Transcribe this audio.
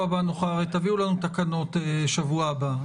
תביאו לנו תקנות שבוע הבא.